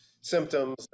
symptoms